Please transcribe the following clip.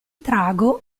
trago